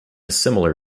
similar